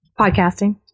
Podcasting